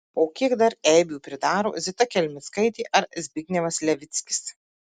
o kiek dar eibių pridaro zita kelmickaitė ar zbignevas levickis